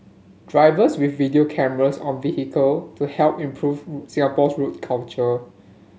drivers with video cameras on vehicle to help improve Singapore's road culture